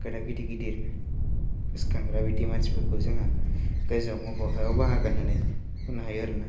खोथा गिदिर गिदिर गोसचखांग्रा बिदि मानसिफोरखौ जोंहा गोजौआव मोफौ हायाव बाहागो होननानै बुंनो हायो आरोना